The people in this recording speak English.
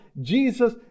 Jesus